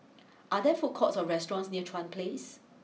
are there food courts or restaurants near Chuan place